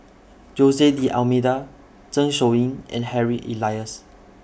Jose D'almeida Zeng Shouyin and Harry Elias